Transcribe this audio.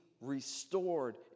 restored